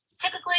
typically